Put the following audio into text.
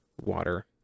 water